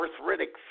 arthritic